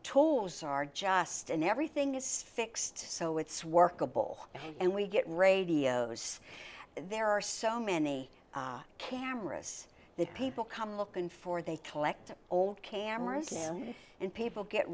tools are just and everything is fixed so it's workable and we get radios there are so many cameras that people come looking for they collect all cameras and people get